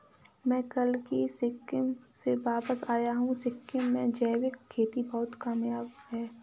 मैं कल ही सिक्किम से वापस आया हूं सिक्किम में जैविक खेती बहुत कामयाब है